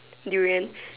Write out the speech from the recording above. durian